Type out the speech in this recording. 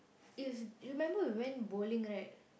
it's remember we went bowling right